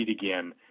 again